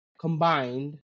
Combined